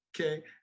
okay